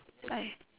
I